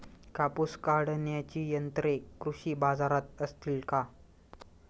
कापूस काढण्याची यंत्रे कृषी बाजारात असतील का?